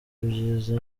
ibyiza